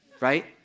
right